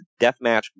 deathmatch